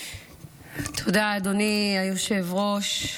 תודה, אדוני היושב-ראש.